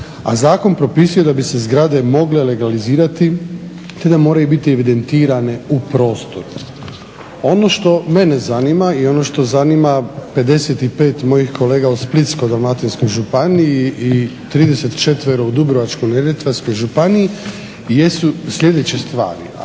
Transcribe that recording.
a zakon propisuje da bi se zgrade mogle legalizirati te da moraju biti evidentirane u prostoru. Ono što mene zanima i ono što zanima 55 mojih kolega u Splitsko-dalmatinsko županiji i 34 u Dubrovačko-neretvanskoj županiji jesu sljedeće stvari,